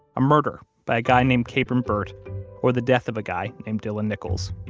a murder by a guy named kabrahm burt or the death of a guy named dylan nichols